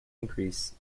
increase